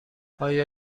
آیا